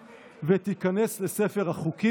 נגד, אחד, אין נמנעים.